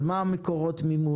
על מה הם מקורות המימון,